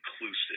inclusive